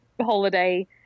holiday